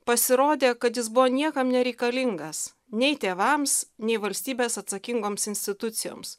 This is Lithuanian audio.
pasirodė kad jis buvo niekam nereikalingas nei tėvams nei valstybės atsakingoms institucijoms